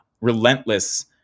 relentless